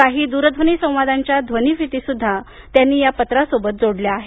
काही द्रध्वनी संवादांच्या ध्वनीफिती सुद्धा त्यांनी या पत्रासोबत जोडल्या आहेत